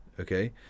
Okay